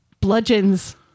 bludgeons